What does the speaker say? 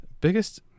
Biggest